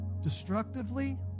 destructively